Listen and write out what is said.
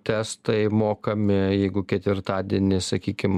testai mokami jeigu ketvirtadienį sakykim